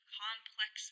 complex